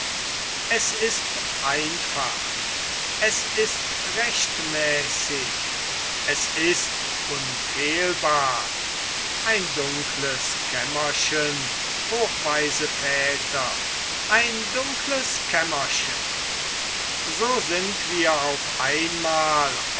es ist einfach es ist rechtmäßig es ist unfehlbar ein dunkles kämmerchen hochweise väter ein dunkles kämmerchen so sind wir auf einmal